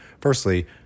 Firstly